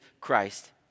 Christ